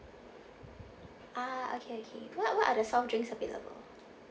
ah okay okay what what are the soft drinks available